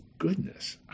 goodness